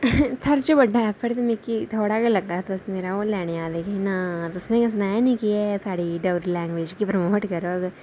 ते सारें कोला बड्डा एफर्ट मिगी थोह्ड़ा गै लग्गा दा ऐ मेरा ओह् लैने गी आ दे केह् नांऽ तुसें गै सनाया नी कि साढ़ी डोगरी लेंग्वेज गी प्रमोट करग